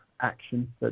action